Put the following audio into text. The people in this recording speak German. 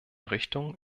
richtungen